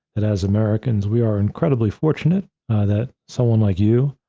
that as americans, we are incredibly fortunate that someone like you,